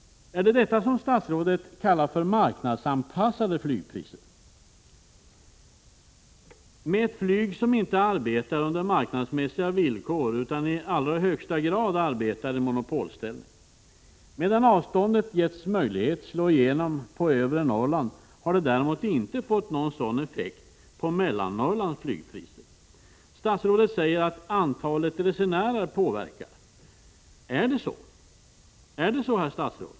Är det detta som statsrådet kallar för marknadsanpassade flygpriser? Det är ju fråga om ett flyg, som inte arbetar under marknadsmässiga villkor utan i allra högsta grad arbetar i monopolställning. Medan avståndet getts möjlighet att slå genom på flygpriserna när det Prot. 1986/87:126 gäller övre Norrland har det inte fått någon sådan effekt på Mellannorrlands flygpriser. Statsrådet säger att antalet resenärer påverkar flygpriset. Är det så, herr statsråd?